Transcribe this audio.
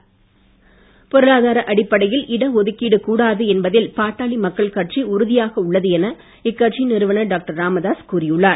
ராமதாஸ் பொருளாதார அடிப்படையில் இடஒதுக்கீடு கூடாது என்பதில் பாட்டாளி மக்கள் கட்சி உறுதியாக உள்ளது என இக்கட்சியின் நிறுவனர் டாக்டர் ராமதாஸ் கூறி உள்ளார்